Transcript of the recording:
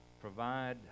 provide